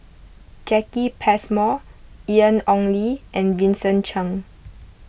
Jacki Passmore Ian Ong Li and Vincent Cheng